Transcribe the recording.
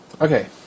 Okay